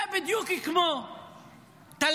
זה בדיוק כמו תלמיד